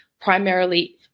primarily